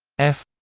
f